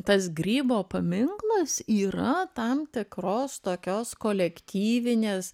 tas grybo paminklas yra tam tikros tokios kolektyvinės